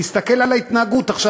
תסתכל על ההתנהגות עכשיו.